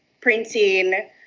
printing